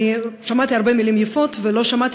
אני שמעתי הרבה מילים יפות ולא שמעתי